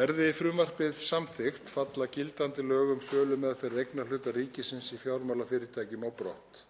Verði frumvarpið samþykkt falla gildandi lög um sölumeðferð eignarhluta ríkisins í fjármálafyrirtækjum á brott.